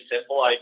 simple